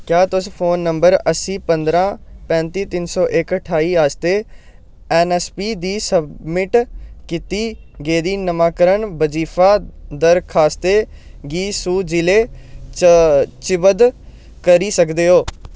क्या तुस phone number अस्सी पंदरां पैंती तिन्न सौ इक ठाई आस्तै ऐन्न ऐस पी दी सबमिट कीती गेदी नमांकरण बजीफा दरखास्तें गी सू जि'ले सूचीबद्ध करी सकदे ओ